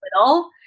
little